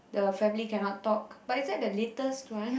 the family cannot talk but is that the latest one